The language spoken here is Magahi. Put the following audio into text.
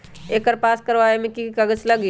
एकर पास करवावे मे की की कागज लगी?